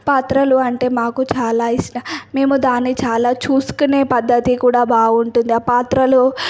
పాత్రలు అంటే మాకు చాలా ఇష్టం మేము దాన్ని చాలా చూసుకునే పద్ధతి కూడా బాగుంటుంది ఆ పాత్రలు